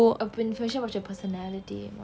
information about your personality